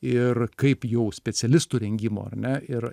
ir kaip jau specialistų rengimo ar ne ir